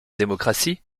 démocratie